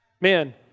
Man